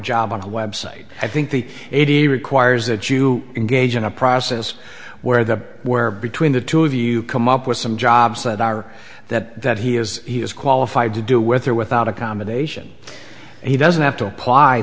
job on a website i think the eighty requires a jew engage in a process where there were between the two of you come up with some jobs that are that he is qualified to do with or without accommodation he doesn't have to apply